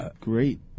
great